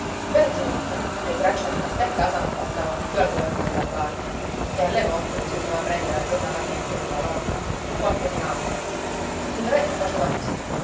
per giunta le braccia rimaste a casa non bastavano più al governo della barca e alle volte bisognava prendere a giornata menico della locca o qualchedun altro il re faceva così